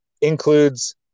includes